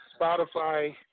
Spotify